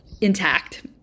intact